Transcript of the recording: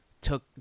took